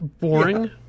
boring